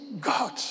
God